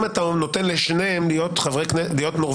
אם אתה נותן לשניהם להיות נורבגים,